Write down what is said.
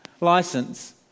license